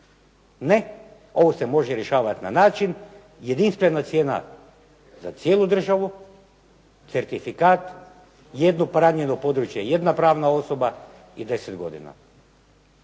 Ne. Ovo se može rješavati na način jedinstvena cijena za cijelu državu, certifikat, jedno …/Govornik se ne razumije./… područje, jedna pravna osoba i 10 godina.